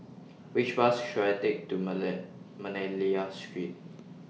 Which Bus should I Take to Manila Street